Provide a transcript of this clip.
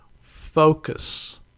focus